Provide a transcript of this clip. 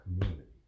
community